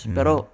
Pero